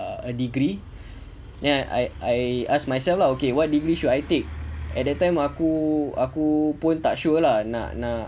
a degree then I I asked myself like okay what degree should I take at that time aku aku pun tak sure lah nak nak